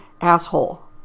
asshole